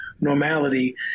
normality